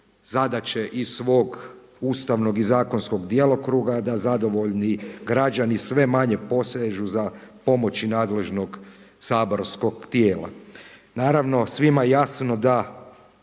iz svog ustavnog i zakonskog djelokruga, da zadovoljni građani sve manje posežu za pomoći nadležnog saborskog tijela. Naravno svima je jasno da